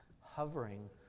Hovering